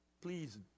Please